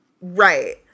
right